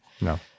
No